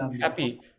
happy